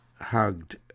hugged